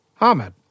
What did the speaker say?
Ahmed